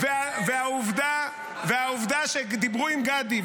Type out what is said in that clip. והעובדה שדיברו עם גדי,